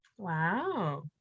Wow